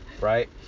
right